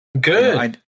good